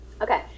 Okay